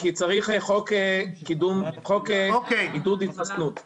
כי צריך חוק עידוד התחסנות כמו שצריך.